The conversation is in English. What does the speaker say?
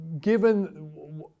given